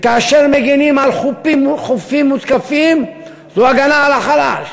וכאשר מגינים על חופים מותקפים, זו הגנה על החלש,